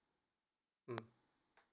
mm